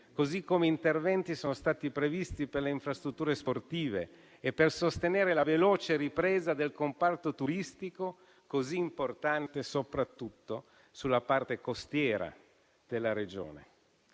così come interventi sono stati previsti per le infrastrutture sportive e per sostenere la veloce ripresa del comparto turistico, così importante soprattutto sulla parte costiera della Regione.